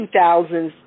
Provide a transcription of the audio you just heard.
2000s